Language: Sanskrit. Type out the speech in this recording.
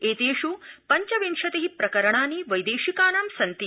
एतेष् पंचविंशति प्रकरणानि वैदेशिकानां सन्ति